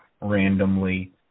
randomly